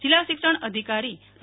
જિલ્લા શિક્ષણાધિકારી ડો